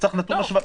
צריך נתון השוואתי.